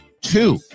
two